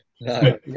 no